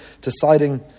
deciding